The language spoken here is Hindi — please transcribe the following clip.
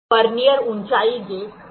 वर्नियर ऊंचाई गेज हम पहले ही देख चुके हैं